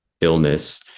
illness